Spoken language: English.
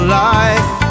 life